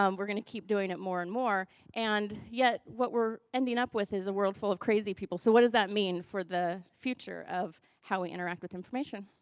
um we're going to keep doing it more and more. and yet, what we're ending up with is a world full of crazy people so what does that mean for the future of how we interact with information?